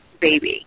baby